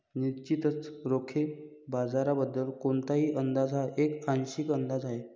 निश्चितच रोखे बाजाराबद्दल कोणताही अंदाज हा एक आंशिक अंदाज आहे